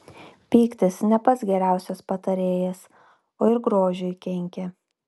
pyktis ne pats geriausias patarėjas o ir grožiui kenkia